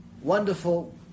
wonderful